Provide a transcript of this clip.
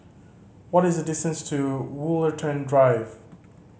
what is the distance to Woollerton Drive